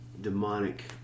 demonic